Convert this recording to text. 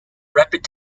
rapid